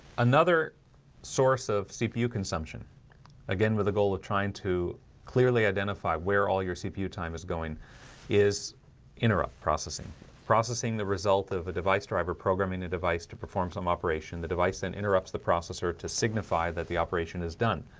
another source of cpu consumption again with the goal of trying to clearly identify where all your cpu time is going is interrupt processing processing the result of a device driver programming the device to perform some operation the device then interrupts the processor to signify that the operation is dun